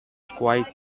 quite